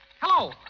hello